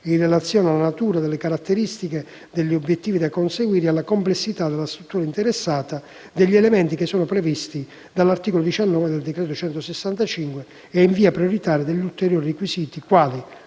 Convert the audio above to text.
in relazione alla natura e alle caratteristiche degli obiettivi da conseguire e alla complessità della struttura interessata, degli elementi previsti dall'articolo 19 del decreto legislativo n. 165 del 2001, e in via prioritaria degli ulteriori requisiti, quali: